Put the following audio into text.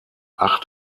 acht